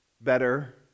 better